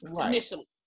initially